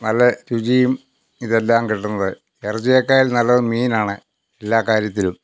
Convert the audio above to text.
നല്ല രുചിയും ഇതെല്ലാം കിട്ടുന്നത് ഇറച്ചിയേക്കാൾ നല്ലത് മീൻ ആണ് എല്ലാ കാര്യത്തിലും